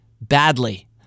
badly